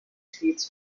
stets